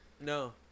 No